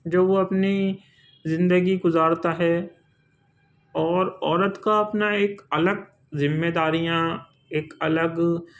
جو وہ اپنی زندگی گُزارتا ہے اور عورت کا اپنا ایک الگ ذمہ داریاں ایک الگ